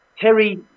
Terry